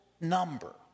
number